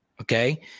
Okay